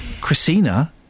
Christina